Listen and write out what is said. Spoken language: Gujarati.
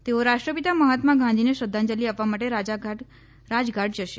તેઓ રાષ્ટ્રપિતા મહાત્મા ગાંધીને શ્રધ્ધાંજલી આપવા માટે રાજઘાટ જશે